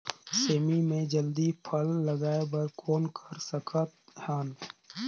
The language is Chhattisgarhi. सेमी म जल्दी फल लगाय बर कौन कर सकत हन?